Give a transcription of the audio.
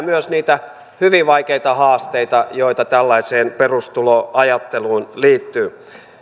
myös niitä hyvin vaikeita haasteita joita tällaiseen perustuloajatteluun liittyy